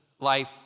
life